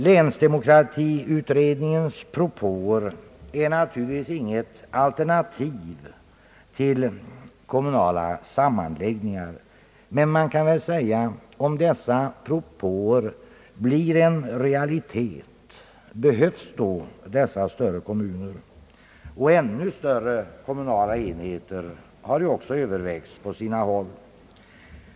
Länsdemokratiutredningens propåer är naturligtvis inget alternativ till kommunala sammanläggningar, men om dessa propåer blir en realitet — behövs då dessa större kommuner? Ännu större kommunala enheter har ju också övervägts på sina håll.